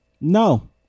No